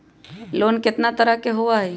Loan केतना तरह के होअ हई?